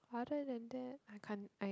other than that I can't I I